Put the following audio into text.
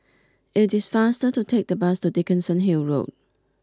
it is faster to take the bus to Dickenson Hill Road